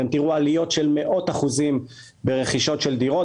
ואתם תראו עליות של מאות אחוזים ברכישות של דירות.